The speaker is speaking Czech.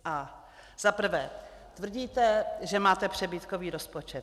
Za prvé tvrdíte, že máte přebytkový rozpočet.